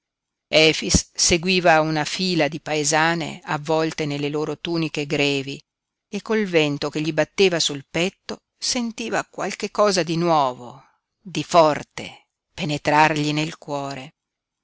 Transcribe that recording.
seguiva una fila di paesane avvolte nelle loro tuniche grevi e col vento che gli batteva sul petto sentiva qualche cosa di nuovo di forte penetrargli nel cuore